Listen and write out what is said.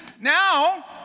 now